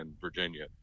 Virginia